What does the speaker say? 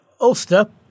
Ulster